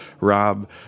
Rob